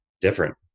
different